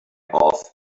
off